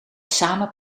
samen